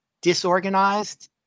disorganized